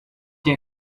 der